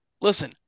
listen